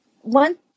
one